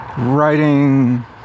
Writing